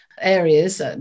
areas